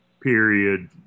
period